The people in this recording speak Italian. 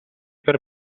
per